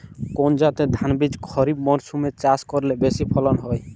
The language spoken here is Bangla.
কোন জাতের ধানবীজ খরিপ মরসুম এ চাষ করলে বেশি ফলন হয়?